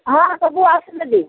ହଁ ସବୁ ଆସେ ଦେବି